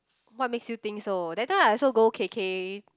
what makes you think so that time I also go K_K